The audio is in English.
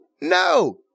No